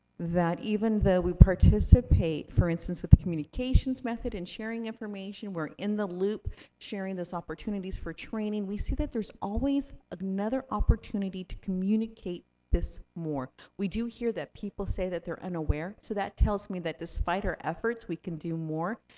that even though we participate, for instance, with communications method, in sharing information, we're in the loop sharing those opportunities for training, we see that there's always another opportunity to communicate this more. we do hear that people say that they're unaware, so that tells me that despite our efforts, we can do more.